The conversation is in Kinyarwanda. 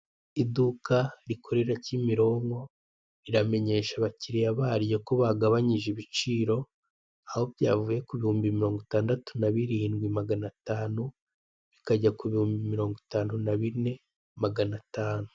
Iduka rikorera Kimironko, riramenyesha abakiriya baryo ko bagabanyije ibiciro, aho byavuye ku bihumbi mirongo itandatu na birindwi magana atanu, bikajya ku bihumbi mirongo itanu na bine magana atanu.